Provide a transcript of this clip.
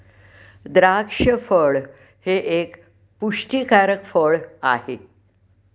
द्राक्ष फळ हे एक पुष्टीकारक फळ आहे